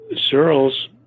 Searles